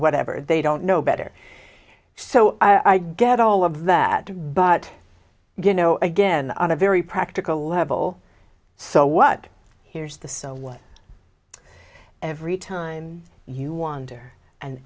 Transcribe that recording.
whatever they don't know better so i get all of that but you know again on a very practical level so what here's the so what every time you wander and